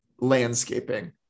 landscaping